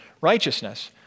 righteousness